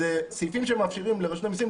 אלה סעיפים שמאפשרים לרשות המסים,